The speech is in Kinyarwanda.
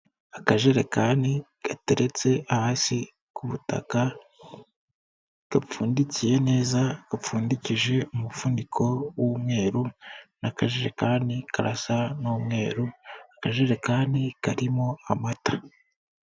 Akajerekani gateretse hasi ku butaka gapfundikiye neza, gapfundiki umuvuniko w'umweru n'akajerekani karasa n'umweru, akajerekani karimo amata.